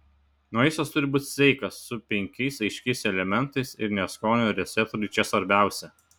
maistas turi būti sveikas su penkiais aiškiais elementais ir ne skonio receptoriai čia svarbiausia